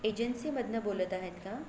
एजन्सीमधनं बोलत आहेत का